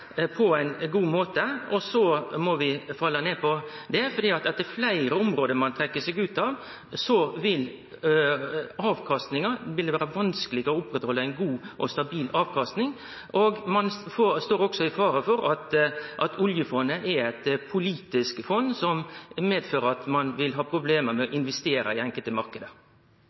på ein god måte. Så må vi falle ned på det. Jo fleire område ein trekk seg ut av, vil det vere vanskeleg å oppretthalde ein god og stabil avkasting. Ein står også i fare for at oljefondet blir eit politisk fond, som vil medføre at ein får problem med å investere i enkelte